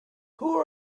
who